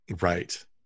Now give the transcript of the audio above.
Right